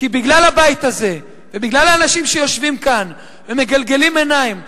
בגלל הבית הזה ובגלל האנשים שיושבים כאן ומגלגלים עיניים,